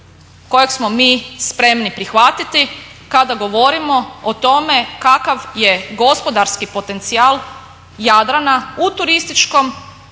kojeg smo mi spremni prihvatiti kada govorimo o tome kakav je gospodarski potencijal jadrana u turističkom,